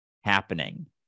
happening